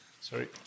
sorry